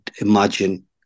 imagine